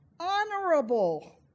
Honorable